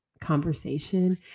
conversation